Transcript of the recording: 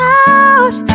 out